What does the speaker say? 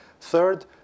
Third